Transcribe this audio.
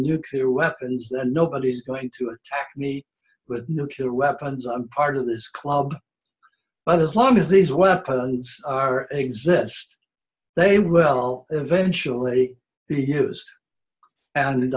nuclear weapons and nobody's going to attack me with nuclear weapons i'm part of this club but as long as these weapons are exist they may well eventually be use